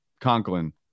Conklin